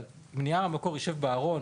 אבל אם נייר המקור יישב בארון,